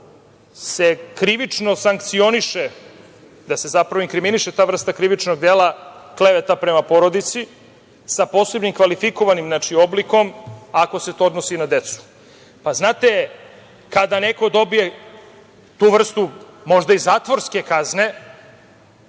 se krivično sankcioniše, da se zapravo inkriminiše ta vrsta krivičnog dela – kleveta prema porodici sa posebnim kvalifikovanim oblikom ako se to odnosi na decu. Znate, kada neko dobije tu vrstu možda i zatvorske kazne,